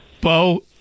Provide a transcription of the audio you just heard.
Bo